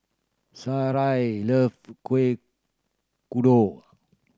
Sarai love Kuih Kodok